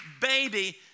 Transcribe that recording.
baby